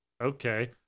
okay